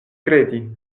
kredi